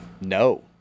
No